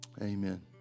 Amen